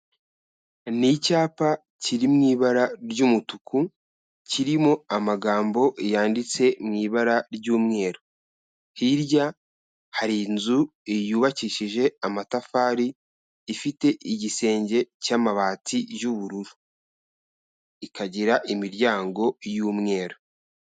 Ni icyapa kiri mu ibara ry'umutuku, kirimo amagambo yanditse mu ibara ry'umweru. Hirya hari inzu yubakishije amatafari, ifite igisenge cy'amabati y'ubururu, ikagira imiryango y'umweru.